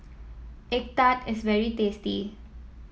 egg tart is very tasty